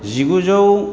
जिगुजौ